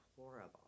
horrible